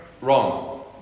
Wrong